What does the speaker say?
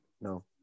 no